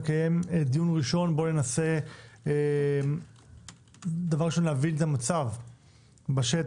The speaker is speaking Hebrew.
נקיים היום דיון ראשון ובו ננסה להבין את המצב בשטח,